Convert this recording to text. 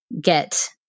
get